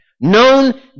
Known